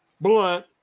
Blunt